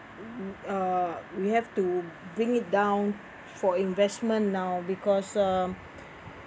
uh we have to bring it down for investment now because uh